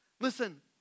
Listen